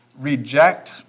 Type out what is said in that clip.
reject